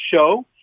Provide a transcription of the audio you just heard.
show